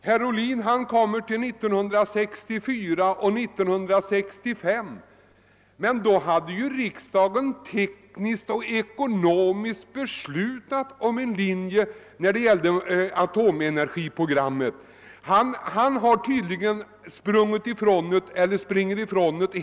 Herr Ohlin nämnde 1964 och 1965, men då hade ju riksdagen fastställt ett atomenergiprogram i tekniskt och ekono miskt avseende, som man inte kunde springa ifrån.